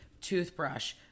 toothbrush